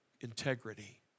integrity